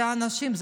זה האנשים,